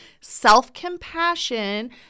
self-compassion